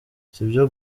sibyo